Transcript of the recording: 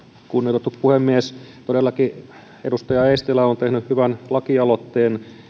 kunnioitettu puhemies todellakin edustaja eestilä on tehnyt hyvän lakialoitteen